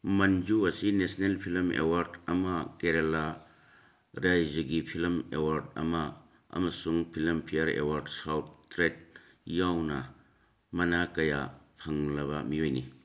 ꯃꯟꯖꯨ ꯑꯁꯤ national film award ꯑꯃ ꯀꯦꯔꯂꯥ ꯔꯥꯏꯖꯒꯤ ꯐꯤꯂꯝ ꯑꯦꯋꯥꯔꯠ ꯑꯃ ꯑꯃꯁꯨꯡ ꯐꯤꯂꯝ ꯐꯤꯌꯔ ꯑꯦꯋꯥꯔꯠ ꯁꯥꯎꯠ ꯇ꯭ꯔꯦꯛ ꯌꯥꯎꯅ ꯃꯅꯥ ꯀꯌꯥ ꯐꯪꯂꯕ ꯃꯤꯑꯣꯏꯅꯤ